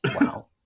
Wow